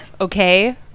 Okay